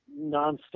nonstop